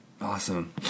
Awesome